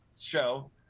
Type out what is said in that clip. show